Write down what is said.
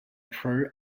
pro